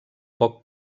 poc